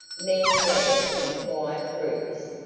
men gathered in quiet groups,